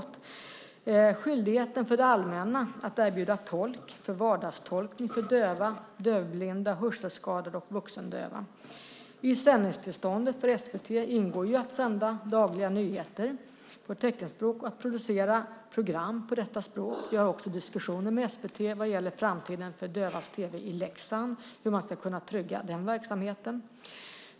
Det är skyldigheten för det allmänna att erbjuda tolk för vardagstolkning till döva, dövblinda, hörselskadade och vuxendöva. I sändningstillståndet för SVT ingår att sända dagliga nyheter på teckenspråk och att producera program på detta språk. Vi har också diskussioner med SVT vad gäller framtiden för Dövas tv i Leksand om hur man ska kunna trygga den verksamheten.